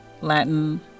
Latin